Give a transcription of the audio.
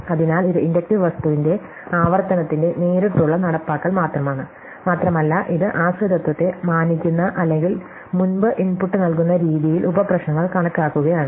അതിനാൽ ഇത് ഇൻഡക്റ്റീവ് വസ്തുവിന്റെ ആവർത്തനത്തിന്റെ നേരിട്ടുള്ള നടപ്പാക്കൽ മാത്രമാണ് മാത്രമല്ല ഇത് ആശ്രിതത്വത്തെ മാനിക്കുന്ന അല്ലെങ്കിൽ മുമ്പ് ഇൻപുട്ട് നൽകുന്ന രീതിയിൽ ഉപ പ്രശ്നങ്ങൾ കണക്കാക്കുകയാണ്